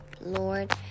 Lord